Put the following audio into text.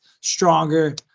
stronger